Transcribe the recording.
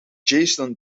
jason